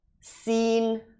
seen